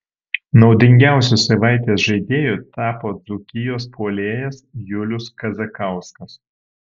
naudingiausiu savaitės žaidėju tapo dzūkijos puolėjas julius kazakauskas